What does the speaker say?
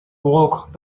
walked